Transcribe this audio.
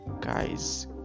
guys